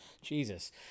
Jesus